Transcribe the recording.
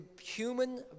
human